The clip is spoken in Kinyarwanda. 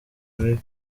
mibi